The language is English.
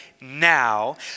now